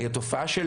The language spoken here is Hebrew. היא תופעה של